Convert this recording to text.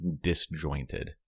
disjointed